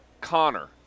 Connor